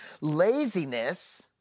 Laziness